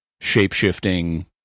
shape-shifting